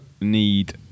need